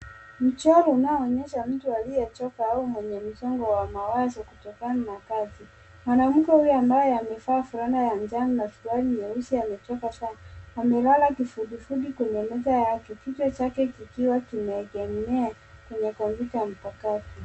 Mchoro unaoonyesha mtu aliyechoka au mwenye msongo wa mawazo kutokana na kazi. Mwanamke huyu ambaye amevaa fulana ya njano na suruali nyeusi amechoka sana. Amelala kifundifundi kwenye meza yake kichwa chake kikiwa kimeegema kwenye kompyuta mpakato.